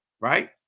right